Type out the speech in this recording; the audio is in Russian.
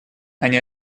они